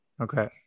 Okay